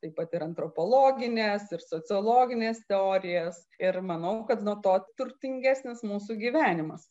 taip pat ir antropologines ir sociologines teorijas ir manau kad nuo to turtingesnis mūsų gyvenimas